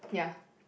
ya